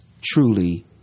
truly